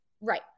Right